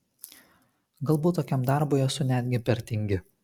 galbūt tokiam darbui esu netgi per tingi